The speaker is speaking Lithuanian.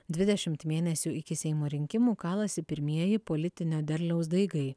dvidešimt mėnesių iki seimo rinkimų kalasi pirmieji politinio derliaus daigai